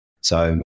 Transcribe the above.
So-